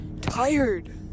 tired